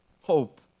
hope